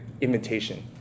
invitation